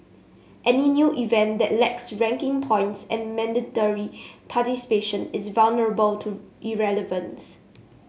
any new event that lacks ranking points and mandatory participation is vulnerable to irrelevance